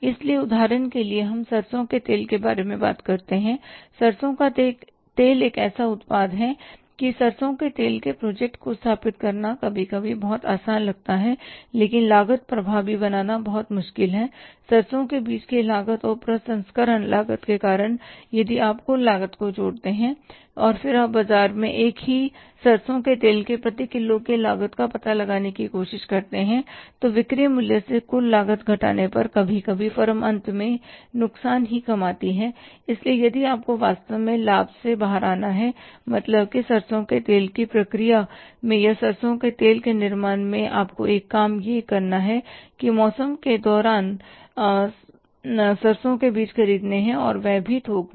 इसलिए उदाहरण के लिए हम सरसों के तेल के बारे में बात करते हैं सरसों का तेल एक ऐसा उत्पाद है कि सरसों के तेल के प्रोजेक्ट को स्थापित करना कभी कभी यह बहुत आसान लगता है लेकिन लागत प्रभावी बनाना बहुत मुश्किल है सरसों के बीज की लागत और प्रसंस्करण लागत के कारण यदि आप कुल लागत को जोड़ते हैं और फिर आप बाजार में एक ही सरसों के तेल के प्रति किलो की लागत का पता लगाने की कोशिश करते हैं तो बिक्री मूल्य से कुल लागत घटाने पर कभी कभी फर्म अंत में नुकसान ही कमाती है इसलिए यदि आपको वास्तव में लाभ से बाहर आना है मतलब है कि सरसों के तेल की प्रक्रिया में या सरसों के तेल के निर्माण में तो आपको एक काम यह करना है कि हमें मौसम के दौरान सरसों के बीज खरीदने हैं और वह भी थोक में